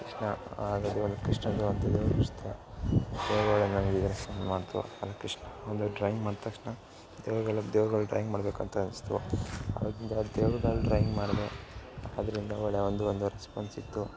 Krishna already ಒಂದು ಕೃಷ್ಣನದ್ದು ಒಂದು ಇದು ಬಿಡಿಸ್ದೆ ದೇವ್ರು ನಂಗೆ ಇದನ್ನ ಮಾಡಿತು ಒಂದು ಕೃಷ್ಣ ಒಂದು ಡ್ರಾಯಿಂಗ್ ಮಾಡಿದ ತಕ್ಷಣ ದೇವ್ರುಗಳು ದೇವ್ರ್ಗಳ ಡ್ರಾಯಿಂಗ್ ಮಾಡ್ಬೇಕು ಅಂತ ಅನ್ನಿಸ್ತು ಆವಾಗಿಂದ ದೇವ್ರ್ಗಳ ಡ್ರಾಯಿಂಗ್ ಮಾಡಿದೆ ಅರಿಂದ ಒಳ್ಳೆ ಒಂದು ಒಂದು ರೆಸ್ಪಾನ್ಸ್ ಸಿಕ್ಕಿತು